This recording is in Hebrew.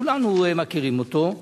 שכולנו מכירים אותו,